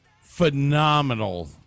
phenomenal